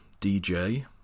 DJ